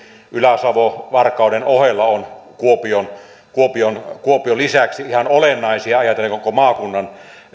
ylä savo varkauden ohella on kuopion kuopion lisäksi ihan olennaisia ajatellen koko maakunnan